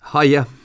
hiya